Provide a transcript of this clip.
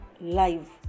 live